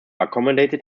accommodated